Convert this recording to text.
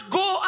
go